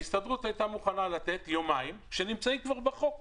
הייתה מוכנה לתת יומיים, שנמצאים כבר בחוק.